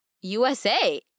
USA